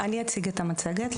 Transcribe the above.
אני אציג את המצגת,